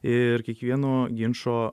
ir kiekvieno ginčo